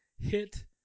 hit